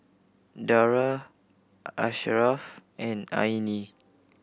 Dara Asharaff and Aina